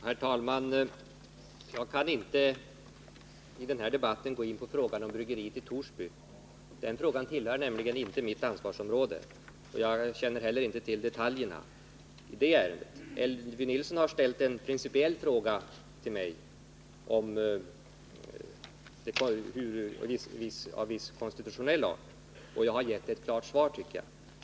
Herr talman! Jag kan inte i den här debatten gå in på frågan om bryggeriet i Torsby. Den frågan tillhör nämligen inte mitt ansvarsområde, och jag känner inte heller till detaljerna i det ärendet. Elvy Nilsson har ställt en principiell fråga till mig av viss konstitutionell art, och jag har gett ett klart svar på den.